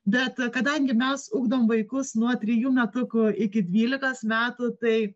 bet kadangi mes ugdom vaikus nuo trijų metukų iki dvylikos metų tai